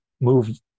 move